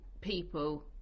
people